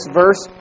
verse